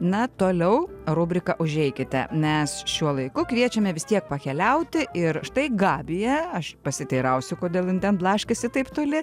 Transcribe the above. na toliau rubrika užeikite mes šiuo laiku kviečiame vis tiek pakeliauti ir štai gabija aš pasiteirausiu kodėl ji ten blaškėsi taip toli